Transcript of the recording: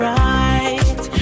right